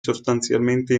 sostanzialmente